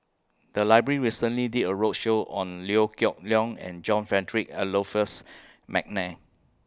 The Library recently did A roadshow on Liew Geok Leong and John Frederick Adolphus Mcnair